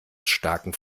starken